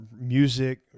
music